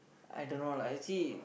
I don't know lah actually